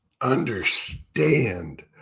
understand